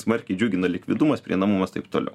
smarkiai džiugina likvidumas prieinamumas taip toliau